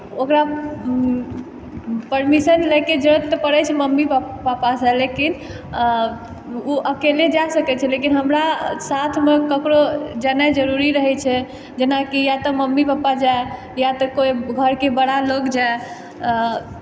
ओकरा परमिशन लए के जरूरत तऽ पड़ै छै मम्मी पप पापासँ लेकिन अऽ उ अकेले जा सकै छै लेकिन हमरा साथमे ककरो जेनाइ जरूरी रहै छै जेनाकि या तऽ मम्मी पापा जाइ या तऽ कोइ घरके बड़ा लोग जाए